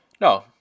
No